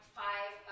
five